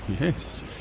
Yes